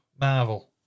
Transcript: Marvel